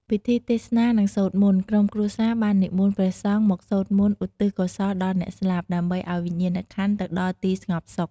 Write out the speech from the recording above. ពិធីទេសនា និងសូត្រមន្ត ក្រុមគ្រួសារបាននិមន្តព្រះសង្ឃមកសូត្រមន្តឧទ្ទិសកុសលដល់អ្នកស្លាប់ ដើម្បីឱ្យវិញ្ញាណក្ខន្ធទៅដល់ទីស្ងប់សុខ។